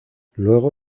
luego